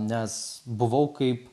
nes buvau kaip